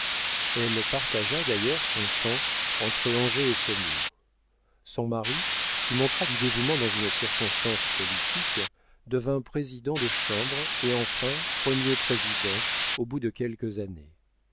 elle partagea d'ailleurs son temps entre angers et saumur son mari qui montra du dévouement dans une circonstance politique devint président de chambre et enfin premier président au bout de quelques années